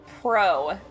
pro